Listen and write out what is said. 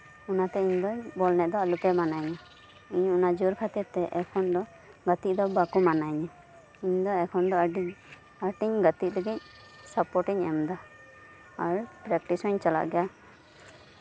ᱚᱱᱟᱛᱮ ᱤᱧ ᱫᱚ ᱵᱚᱞ ᱮᱱᱮᱡ ᱫᱚ ᱟᱞᱚᱯᱮ ᱢᱟᱱᱟᱧᱟ ᱤᱧ ᱚᱱᱟ ᱡᱳᱨ ᱠᱷᱟᱹᱛᱤᱨ ᱛᱮ ᱤᱧ ᱫᱚ ᱮᱠᱷᱚᱱ ᱫᱚ ᱜᱟᱛᱮᱜ ᱫᱚ ᱵᱟᱠᱚ ᱢᱟᱱᱟᱧᱟ ᱤᱧ ᱫᱚ ᱮᱠᱷᱚᱱ ᱫᱚ ᱟᱹᱰᱤ ᱟᱸᱴᱤᱧ ᱜᱟᱛᱮᱜ ᱞᱟᱹᱜᱤᱫ ᱥᱟᱯᱳᱨᱴ ᱤᱧ ᱮᱢ ᱫᱟ ᱟᱨ ᱯᱨᱮᱠᱴᱤᱥ ᱦᱚᱧ ᱪᱟᱞᱟᱜ ᱜᱮᱭᱟ